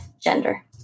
gender